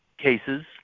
cases